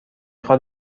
خواد